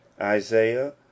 Isaiah